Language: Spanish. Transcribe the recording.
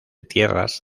tierras